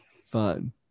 Fun